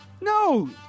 No